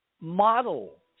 model